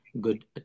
good